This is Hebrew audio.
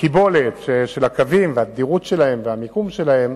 הקיבולת של הקווים והתדירות שלהם והמיקום שלהם,